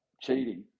cheating